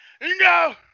No